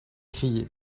crié